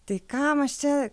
tai kam aš čia